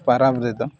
ᱯᱚᱨᱚᱵᱽ ᱨᱮᱫᱚ